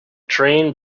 train